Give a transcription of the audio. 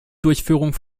durchführung